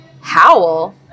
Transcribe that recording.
howl